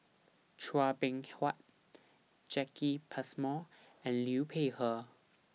Chua Beng Huat Jacki Passmore and Liu Peihe